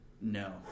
No